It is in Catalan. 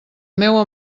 meua